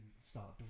start